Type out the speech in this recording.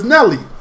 Nelly